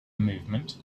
movement